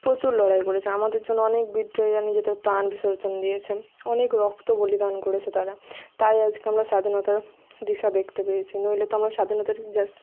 প্রচুর লড়াই করেছে আমাদের জন্য অনেক বিদ্রোহীরা নিজেদের প্রাণ বিসর্জন দিয়েছেন অনেক রক্ত বলিদান করেছে তারা তাই আজকে আমরা স্বাধীনতার দিশা দেখতে পেয়েছি নইলে তো আমরা স্বাধীনতার